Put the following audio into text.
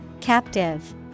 Captive